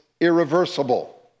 irreversible